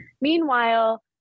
Meanwhile